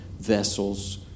vessels